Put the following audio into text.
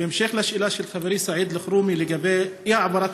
בהמשך לשאלה של חברי סעיד אלחרומי לגבי אי-העברת